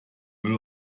müll